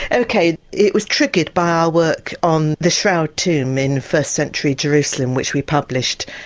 ok it was triggered by our work on the shroud tomb in first century jerusalem which we published.